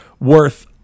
worth